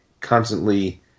constantly